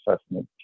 assessment